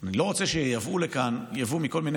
אני לא רוצה שייבאו לכאן מכל מיני